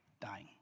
dying